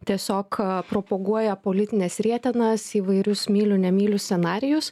tiesiog propaguoja politines rietenas įvairius myliu nemyliu scenarijus